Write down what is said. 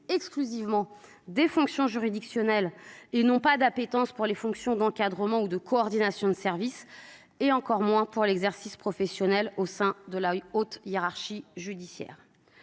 qui préfèrent les fonctions juridictionnelles et n'ont pas d'appétence pour les fonctions d'encadrement ou de coordination de service, encore moins pour l'exercice professionnel au sein de la haute hiérarchie judiciaire.